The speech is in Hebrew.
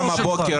גם הבוקר,